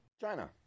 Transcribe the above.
China